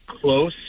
close